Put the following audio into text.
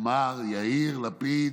אמר יאיר לפיד,